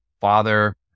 father